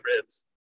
ribs